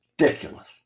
Ridiculous